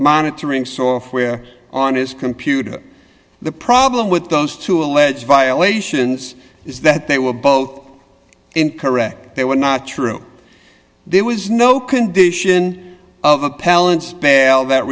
monitoring software on his computer the problem with those two alleged violations is that they were both incorrect they were not true there was no condition of appellant bell that